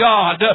God